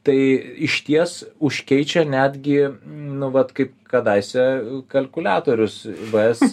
tai išties užkeičia netgi nu vat kaip kadaise kalkuliatorius vs